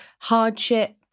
hardship